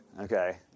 Okay